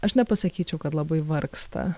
aš nepasakyčiau kad labai vargsta